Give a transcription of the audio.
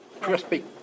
crispy